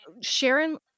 Sharon